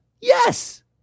Yes